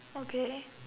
okay